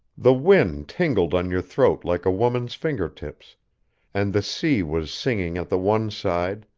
the wind tingled on your throat like a woman's finger tips and the sea was singing at the one side,